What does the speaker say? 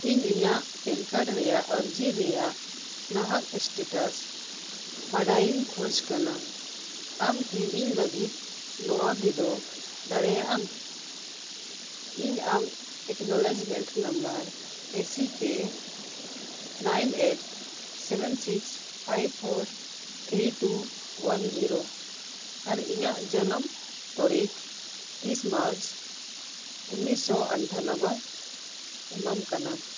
ᱤᱧ ᱤᱧᱟᱹᱜ PAN card ᱨᱮᱭᱟᱜ ᱟᱨᱡᱤ ᱨᱮᱭᱟᱜ ᱱᱟᱦᱟᱜ ᱥᱴᱮᱴᱟᱥ ᱵᱟᱰᱟᱭᱤᱧ ᱠᱷᱚᱡᱽ ᱠᱟᱱᱟ ᱟᱢ ᱠᱤ ᱤᱧ ᱞᱟᱹᱜᱤᱫ ᱱᱚᱣᱟ ᱵᱤᱰᱟᱹᱣ ᱫᱟᱲᱮᱭᱟᱜᱼᱟᱢ ᱤᱧ ᱟᱢ acknowledgement number A C K nine eight seven six five four three two one zero ᱟᱨ ᱤᱧᱟᱹᱜ ᱡᱚᱱᱚᱢ ᱛᱟᱹᱨᱤᱠᱷ ᱛᱤᱥ ᱢᱟᱨᱪ ᱩᱱᱤᱥᱥᱚ ᱟᱴᱷᱟᱱᱚᱵᱽᱵᱳᱭ ᱮᱢᱟᱢ ᱠᱟᱱᱟ